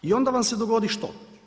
I onda vam se dogodi što?